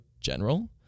general